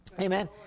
Amen